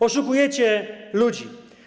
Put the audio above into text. Oszukujecie ludzi.